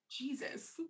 Jesus